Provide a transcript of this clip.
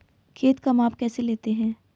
खेत का माप कैसे लेते हैं?